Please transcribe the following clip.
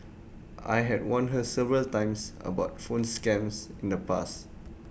I had warned her several times about phone scams in the past